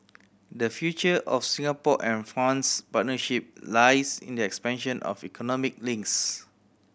the future of Singapore and France partnership lies in the expansion of economic links